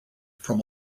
from